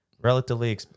Relatively